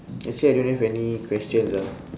actually I don't have any questions ah